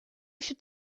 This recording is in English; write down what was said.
should